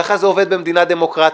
ככה זה עובד במדינה דמוקרטית.